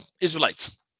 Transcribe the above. Israelites